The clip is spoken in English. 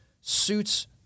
suits